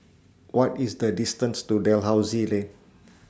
What IS The distance to Dalhousie Lane